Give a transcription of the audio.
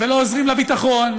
ולא עוזרים לביטחון,